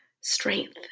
strength